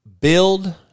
build